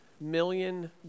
million